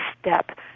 step